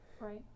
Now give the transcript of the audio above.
right